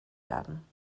werden